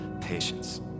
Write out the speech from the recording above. patience